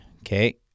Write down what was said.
Okay